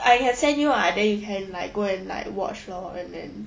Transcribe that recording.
I can send you ah then you can like go and like watch lor and then